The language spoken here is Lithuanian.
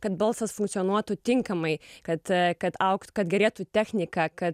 kad balsas funkcionuotų tinkamai kad kad augt kad gerėtų technika kad